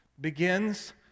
begins